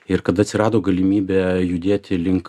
ir kada atsirado galimybė judėti link